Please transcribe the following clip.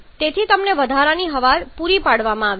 તેથી તમને વધારાની હવા પૂરી પાડવામાં આવી છે